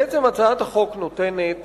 בעצם הצעת החוק נותנת